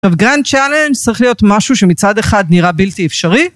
טוב, גרנד צ'אלנג' צריך להיות משהו שמצד אחד נראה בלתי אפשרי.